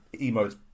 Emo's